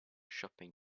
shopping